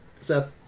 Seth